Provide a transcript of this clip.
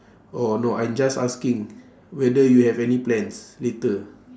oh no I'm just asking whether you have any plans later